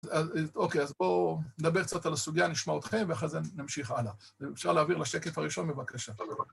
אז אוקיי, אז בואו נדבר קצת על הסוגיה, נשמע אותכם, ואחרי זה נמשיך הלאה. אפשר להעביר לשקף הראשון, בבקשה.